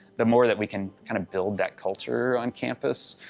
the more that we can kind of build that culture on campus,